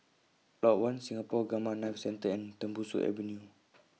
Lot one Singapore Gamma Knife Centre and Tembusu Avenue